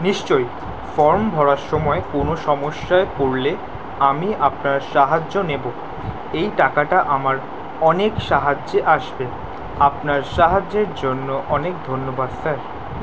নিশ্চয়ই ফর্ম ভরার সময় কোনও সমস্যায় পড়লে আমি আপনার সাহায্য নেব এই টাকাটা আমার অনেক সাহায্যে আসবে আপনার সাহায্যের জন্য অনেক ধন্যবাদ স্যার